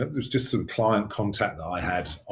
there's just a client contact that i had